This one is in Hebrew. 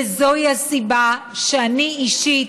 וזוהי הסיבה שאני, אישית,